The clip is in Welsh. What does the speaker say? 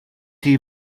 chi